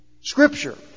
Scripture